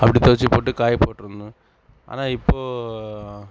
அப்படி தோச்சுப் போட்டு காய போட்டிருந்தோம் ஆனால் இப்போது